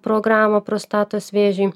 programą prostatos vėžiui